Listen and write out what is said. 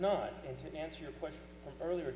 to answer your question earlier